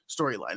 storyline